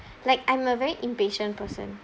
like I'm a very impatient person